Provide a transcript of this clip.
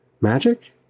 magic